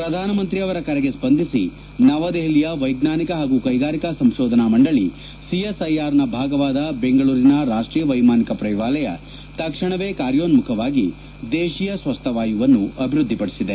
ಪ್ರಧಾನಮಂತ್ರಿ ಅವರ ಕರೆಗೆ ಸ್ಪಂದಿಸಿ ನವದೆಹಲಿಯ ವೈಜ್ಞಾನಿಕ ಹಾಗೂ ಕೈಗಾರಿಕಾ ಸಂಶೋಧನಾ ಮಂಡಳಿ ಸಿಎಸ್ಐಆರ್ನ ಭಾಗವಾದ ಬೆಂಗಳೂರಿನ ರಾಷ್ಟೀಯ ವೈಮಾನಿಕ ಪ್ರಯೋಗಾಲಯ ತಕ್ಷಣವೇ ಕಾರ್ಯೋನ್ಮುಖವಾಗಿ ದೇಶೀಯ ಸ್ವಸ್ಥವಾಯು ವನ್ನು ಅಭಿವೃದ್ಧಿಪಡಿಸಿದೆ